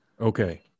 okay